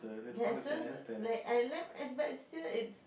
can so like I left but still it's